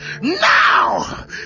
Now